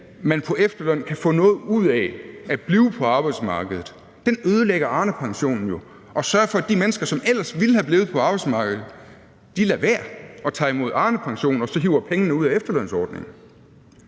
at man på efterløn kan få noget ud af at blive på arbejdsmarkedet, ødelægger Arnepensionen jo, og den sørger for, at de mennesker, som ellers ville være blevet på arbejdsmarkedet, lader være og tager imod Arnepensionen og så hiver pengene ud af efterlønsordningen.